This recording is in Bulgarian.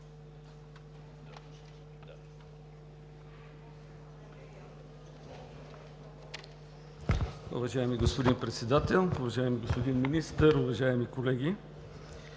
Уважаеми господин Председател, уважаеми господин Министър, уважаеми колеги!